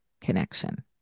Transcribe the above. connection